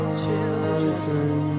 children